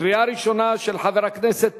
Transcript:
חבר הכנסת